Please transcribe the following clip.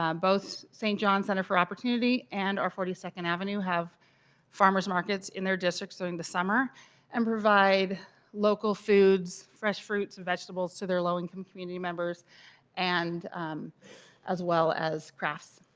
um both st. john's center for opportunity and our forty second avenue have farmers markets in their districts during the summer and provide local foods, fresh fruits and vegetables to low income community members and as well as crafts.